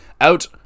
out